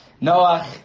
Noah